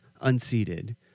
unseated